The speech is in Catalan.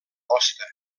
hoste